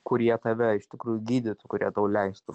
kurie tave iš tikrųjų gydytų kurie tau leistų